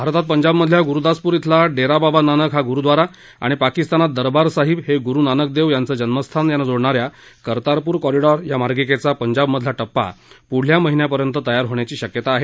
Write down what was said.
भारतात पंजाबमधल्या गुरुदासपूर इथला डेरा बाबा नानक हा गुरुद्वारा आणि पाकिस्तानात दरबार साहिब हे गुरुनानकदेव यांचं जन्मस्थान यांना जोडणा या करतारपुर कॉरिडॉर या मार्गिकेचा पंजाबमधला टप्पा पुढल्या महिन्यापर्यंत तयार होण्याची शक्यता आहे